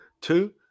Two